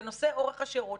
לנושא אורך השירות,